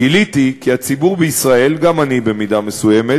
גיליתי כי הציבור בישראל, גם אני במידה מסוימת,